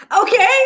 Okay